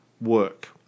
work